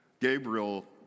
Gabriel